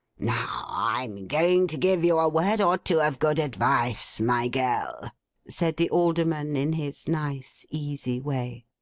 now, i'm going to give you a word or two of good advice, my girl said the alderman, in his nice easy way.